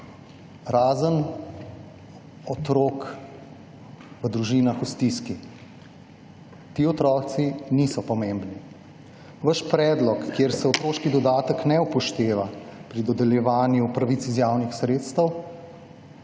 otrok v družinah v stiski. Ti otroci niso pomembni. Vaš predlog, kjer se otroški dodatek ne upošteva pri dodeljevanju pravic iz javnih sredstev,